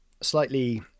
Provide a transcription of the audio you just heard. Slightly